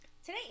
Today